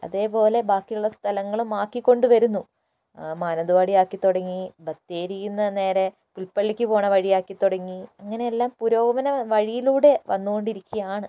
അതുപോലെ ബാക്കിയുള്ള സ്ഥലങ്ങളും ആക്കിക്കൊണ്ടു വരുന്നു മാനന്തവാടി ആക്കിത്തുടങ്ങി ബത്തേരിയിൽ നിന്ന് നേരെ പുൽപ്പള്ളിക്കു പോകണ വഴി ആക്കിത്തുടങ്ങി അങ്ങനെയെല്ലാം പുരോഗമന വഴിയിലൂടെ വന്നുകൊണ്ടിരിക്കുകയാണ്